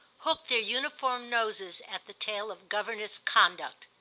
hooked their uniform noses at the tail of governess conduct.